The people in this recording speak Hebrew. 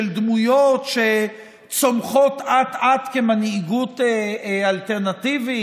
דמויות שצומחות אט-אט כמנהיגות אלטרנטיבית?